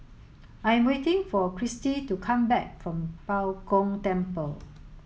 I am waiting for Christi to come back from Bao Gong Temple